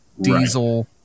Diesel